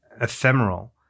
ephemeral